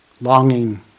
longing